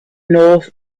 north